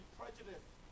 prejudiced